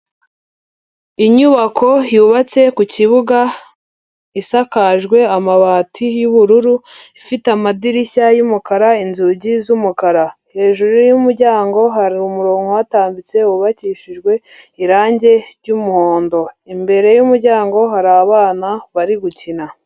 Inyubako yubatse ku kibuga, isakajwe amabati y'ubururu, ifite amadirishya y'umukara, inzugi z'umukara, hejuru y'umuryango hari umurongo uhatambitse wubakishijwe irangi ry'umuhondo, imbere y'umuryango hari abana bari gukina.